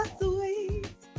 sweet